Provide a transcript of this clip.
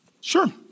Sure